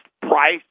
price